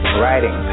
writing